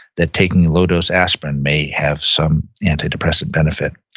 that taking low-dose aspirin may have some antidepressant benefit.